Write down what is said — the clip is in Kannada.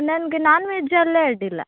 ನನಗೆ ನಾನ್ವೆಜ್ಜಲ್ಲೇ ಅಡ್ಡಿಲ್ಲ